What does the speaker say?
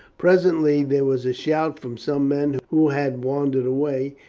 presently there was a shout from some men who had wandered away,